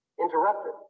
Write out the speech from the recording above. Interrupted